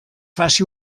faci